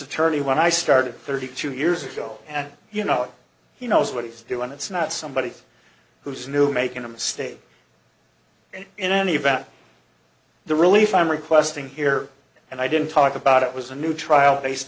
attorney when i started thirty two years ago and you know he knows what he's doing it's not somebody who's new making a mistake and in any event the relief i'm requesting here and i didn't talk about it was a new trial based